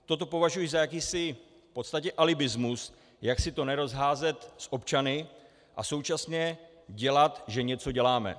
Toto považuji za jakýsi v podstatě alibismus, jak si to nerozházet s občany a současně dělat, že něco děláme.